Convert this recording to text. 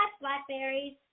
blackberries